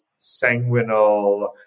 sanguinal